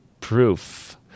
proof